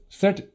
set